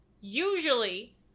usually